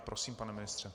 Prosím, pane ministře.